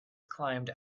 climbed